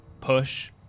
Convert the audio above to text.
push